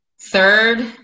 third